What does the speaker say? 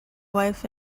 wife